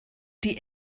die